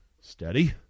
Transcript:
steady